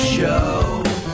show